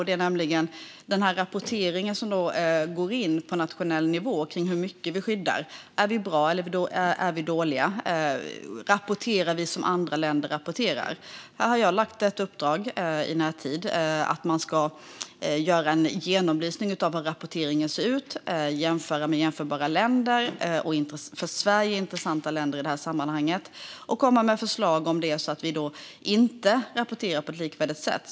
Den gäller rapporteringen på nationell nivå kring hur mycket vi skyddar. Är vi bra, eller är vi dåliga? Rapporterar vi som andra länder rapporterar? Här har jag gett ett uppdrag att man ska göra en genomlysning av hur rapporteringen ser ut och jämföra med jämförbara och för Sverige intressanta länder i detta sammanhang. Och man ska komma med förslag om det är så att vi inte rapporterar på ett likvärdigt sätt.